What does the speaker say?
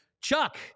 Chuck